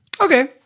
Okay